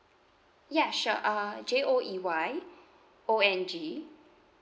ya sure uh J O E Y O N G